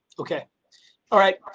okay all right.